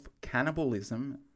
cannibalism